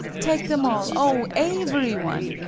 take them all oh, aevery one!